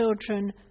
children